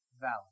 valid